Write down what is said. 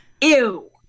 Ew